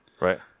right